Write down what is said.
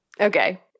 Okay